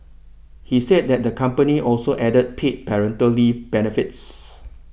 he said that the company also added paid parental leave benefits